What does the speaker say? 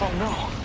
no